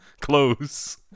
close